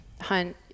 hunt